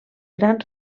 gran